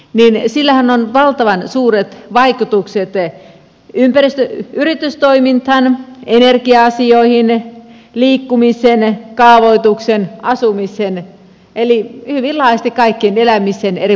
sillähän on valtavan suuret vaikutukset yritystoimintaan energia asioihin liikkumiseen kaavoitukseen asumiseen eli hyvin laajasti kaikkeen elämiseen eri puolilla suomea